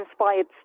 Inspired